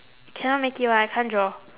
cannot make it [one] I can't draw